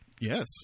Yes